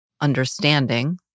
understanding